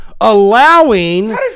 allowing